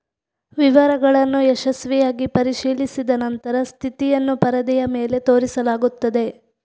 ವಿವರಗಳನ್ನು ಯಶಸ್ವಿಯಾಗಿ ಪರಿಶೀಲಿಸಿದ ನಂತರ ಸ್ಥಿತಿಯನ್ನು ಪರದೆಯ ಮೇಲೆ ತೋರಿಸಲಾಗುತ್ತದೆ